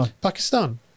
Pakistan